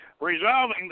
resolving